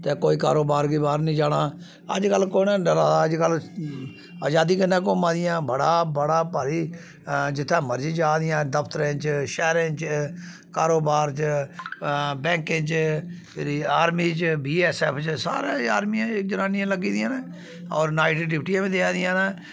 ते कोई कारोबार गी बाह्र निं जाना अज्जकल कु'न ऐ डरा दा अज्जकल अजादी कन्नै घूमा दियां बड़ा बड़ा भारी जित्थे मर्जी जा दियां दफतरें च शैहरें च कारोबार च बैंकें च फिर आर्मी च बी एस एफ च सारे च आर्मी च बी जनानियां लग्गी दियां न होर नाइट डियूटी बी देआ दियां न